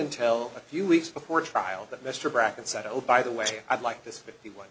until a few weeks before trial that mr bracken said oh by the way i'd like this fifty one